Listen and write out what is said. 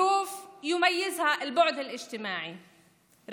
תנאים שמייחד אותם הריחוק החברתי,